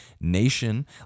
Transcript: Nation